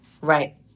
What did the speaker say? Right